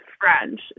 French